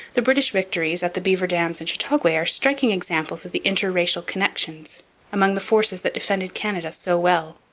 the british victories at the beaver dams and chateauguay are striking examples of the inter-racial connection among the forces that defended canada so well.